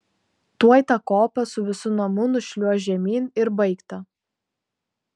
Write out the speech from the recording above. tuoj tą kopą su visu namu nušliuoš žemyn ir baigta